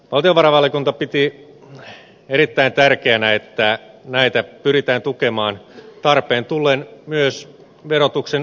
valtiovarainvaliokunta piti erittäin tärkeänä että näitä pyritään tukemaan tarpeen tullen myös verotuksen ulkopuolisin toimin